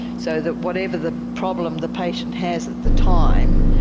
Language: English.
so that whatever the problem the patient has at the time,